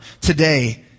today